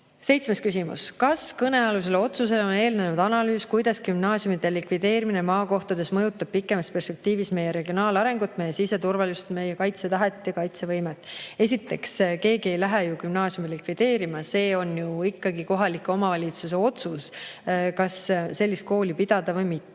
Seitsmes küsimus. Kas kõnealusele otsusele on eelnenud analüüs, kuidas gümnaasiumide likvideerimine maakohtades mõjutab pikemas perspektiivis meie regionaalarengut, meie siseturvalisust, meie kaitsetahet ja kaitsevõimet? Esiteks, keegi ei lähe ju gümnaasiume likvideerima. See on ju ikkagi kohaliku omavalitsuse otsus, kas sellist kooli pidada või mitte.